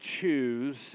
choose